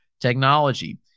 technology